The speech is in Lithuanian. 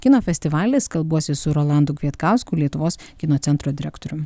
kino festivalis kalbuosi su rolandu kvietkausku lietuvos kino centro direktorium